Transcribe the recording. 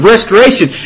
restoration